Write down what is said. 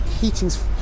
heating's